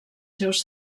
seus